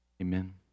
Amen